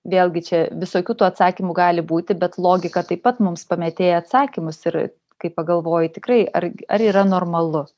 vėlgi čia visokių tų atsakymų gali būti bet logika taip pat mums pamėtėja atsakymus ir kai pagalvoji tikrai ar ar yra normalu